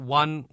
one